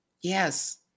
Yes